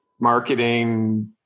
marketing